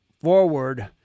forward